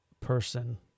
person